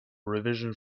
revision